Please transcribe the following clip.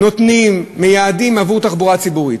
נותנים, מייעדים עבור תחבורה ציבורית?